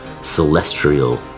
celestial